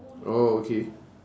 oh okay